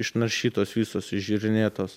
išnaršytos visos išžiūrinėtos